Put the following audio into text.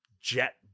jet